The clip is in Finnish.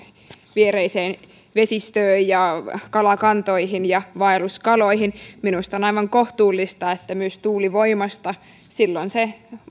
viereiseen vesistöön kalakantoihin ja vaelluskaloihin minusta on aivan kohtuullista että myös tuulivoimasta tulee veroa silloin on se